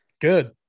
Good